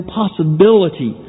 possibility